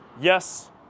yes